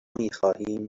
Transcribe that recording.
میخواهیم